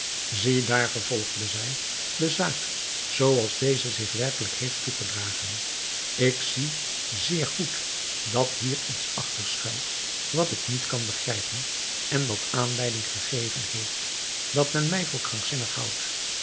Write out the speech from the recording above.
daar vervolgde zij de zaak zooals deze zich werkelijk heeft toegedragen ik zie zeer goed dat hier iets achter schuilt wat ik niet kan begrijpen en dat aanleiding gegeven heeft dat men mij voor krankzinnig houdt